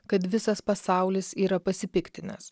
kad visas pasaulis yra pasipiktinęs